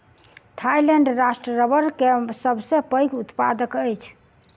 Thailand राष्ट्र रबड़ के सबसे पैघ उत्पादक अछि